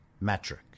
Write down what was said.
metric